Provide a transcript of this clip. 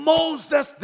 Moses